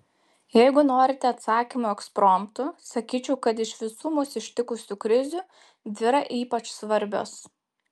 jeigu norite atsakymo ekspromtu sakyčiau kad iš visų mus ištikusių krizių dvi yra ypač svarbios